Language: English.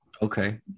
Okay